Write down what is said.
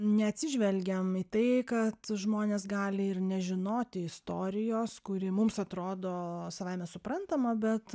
neatsižvelgiam į tai kad žmonės gali ir nežinoti istorijos kuri mums atrodo savaime suprantama bet